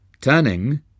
Turning